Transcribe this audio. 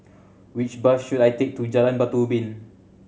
which bus should I take to Jalan Batu Ubin